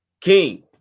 King